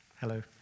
Hello